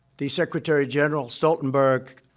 the secretary-general, stoltenberg,